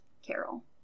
carol